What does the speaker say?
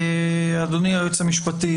אדוני היועץ המשפטי,